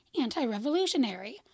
anti-revolutionary